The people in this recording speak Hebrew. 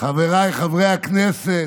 חברי הכנסת,